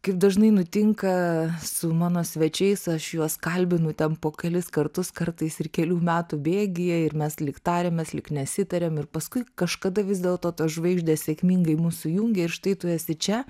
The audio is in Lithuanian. kaip dažnai nutinka su mano svečiais aš juos kalbinu ten po kelis kartus kartais ir kelių metų bėgyje ir mes lyg tarėmės lyg nesitarėm ir paskui kažkada vis dėlto tos žvaigždės sėkmingai mus sujungia ir štai tu esi čia